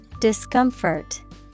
Discomfort